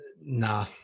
Nah